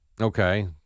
Okay